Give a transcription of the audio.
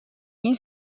این